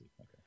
Okay